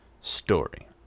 story